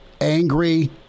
angry